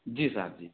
जी साहब जी